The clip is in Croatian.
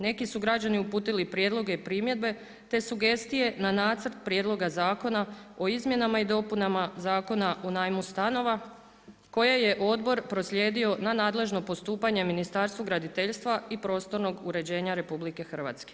Neki su građani uputili prijedloge i primjedbe te sugestije na Nacrt prijedloga zakona o Izmjenama i dopunama Zakona u najmu stanova koje je Odbor proslijedio na nadležno postupanje Ministarstvu graditeljstva i prostornog uređenja RH.